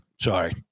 Sorry